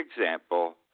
example